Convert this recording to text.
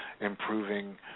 improving